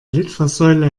litfaßsäule